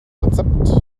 rezept